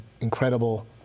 incredible